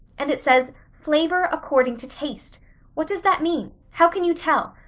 and it says, flavor according to taste what does that mean? how can you tell?